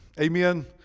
amen